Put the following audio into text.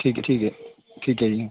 ਠੀਕ ਹੈ ਠੀਕ ਹੈ ਠੀਕ ਹੈ ਜੀ